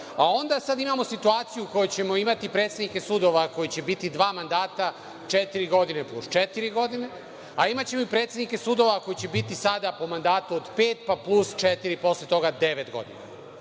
sada imamo situaciju u kojoj ćemo imati predsednike sudova koji će biti dva mandata, četiri godine plus četiri godine, a imaćemo i predsednike sudova koji će biti sada po mandatu od pet, pa plus četiri posle toga, devet godina.